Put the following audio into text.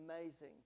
amazing